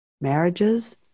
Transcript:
marriages